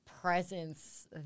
presence